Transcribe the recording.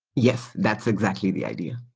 yes. that's exactly the idea.